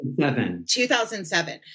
2007